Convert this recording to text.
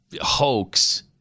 hoax